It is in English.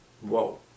Whoa